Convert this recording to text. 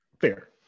Fair